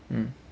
mm